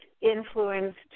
influenced